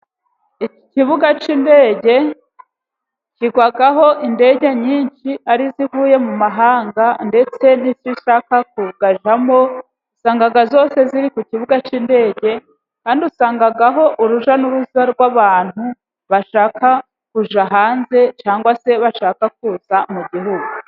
Ikibuga k'indege kigwaho indege nyinshi, ari izivuye mu mahanga, ndetse n'izishaka kuyajyamo, usanga zose ziri ku kibuga k'indege, kandi usangaho urujya n'uruza rw'abantu bashaka kujya hanze, cyangwa se bashaka kuza mu Gihugu.